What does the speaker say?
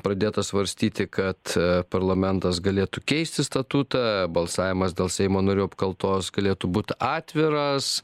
pradėta svarstyti kad parlamentas galėtų keisti statutą balsavimas dėl seimo narių apkaltos galėtų būt atviras